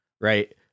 right